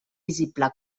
visible